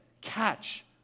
Catch